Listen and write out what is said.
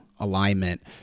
Alignment